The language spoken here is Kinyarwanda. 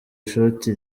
ishoti